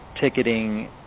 ticketing